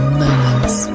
moments